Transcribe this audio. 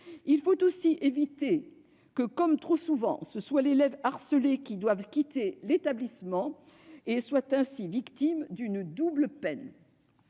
Il faut aussi éviter que, comme trop souvent, ce soit l'élève harcelé qui doive quitter l'établissement et qui soit ainsi victime d'une double peine.